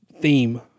theme